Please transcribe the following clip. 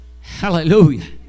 Hallelujah